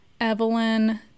Evelyn